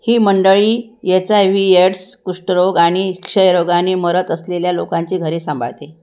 ही मंडळी H I V AIDS कुष्ठरोग आणि क्षयरोगाने मरत असलेल्या लोकांचे घरे सांभाळते